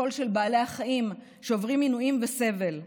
הקול של בעלי החיים שעוברים עינויים וסבל,